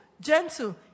gentle